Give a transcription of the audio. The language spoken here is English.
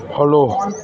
follow